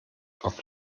auf